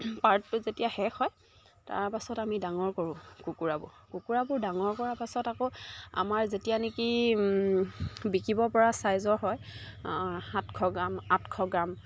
পাৰ্টটো যেতিয়া শেষ হয় তাৰপাছত আমি ডাঙৰ কৰোঁ কুকুৰাবোৰ কুকুৰাবোৰ ডাঙৰ কৰাৰ পাছত আকৌ আমাৰ যেতিয়া নেকি বিকিব পৰা চাইজৰ হয় সাতশ গ্ৰাম আঠশ গ্ৰাম